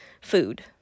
food